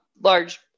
large